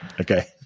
Okay